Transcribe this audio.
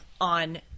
on